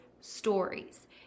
stories